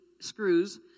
screws